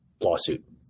lawsuit